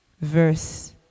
verse